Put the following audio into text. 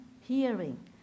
hearing